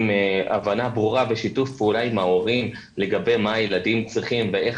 עם הבנה ברורה ושיתוף פעולה עם ההורים לגבי מה הילדים צריכים ואיך